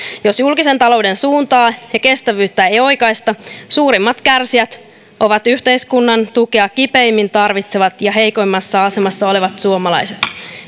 jos julkisen talouden suuntaa ja kestävyyttä ei oikaista suurimmat kärsijät ovat yhteiskunnan tukea kipeimmin tarvitsevat ja heikoimmassa asemassa olevat suomalaiset